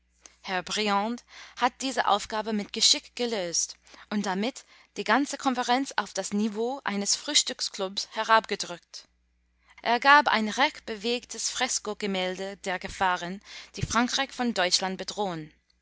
herr briand hat diese aufgabe mit geschick gelöst und damit die ganze konferenz auf das niveau eines frühstückklubs herabgedrückt er gab ein reich bewegtes freskogemälde der gefahren die frankreich von deutschland bedrohen